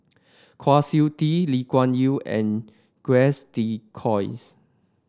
Kwa Siew Tee Lee Kuan Yew and Jacques de Coins